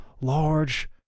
large